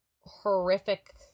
horrific